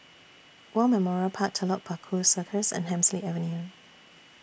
War Memorial Park Telok Paku Circus and Hemsley Avenue